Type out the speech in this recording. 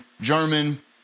German